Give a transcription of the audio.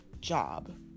job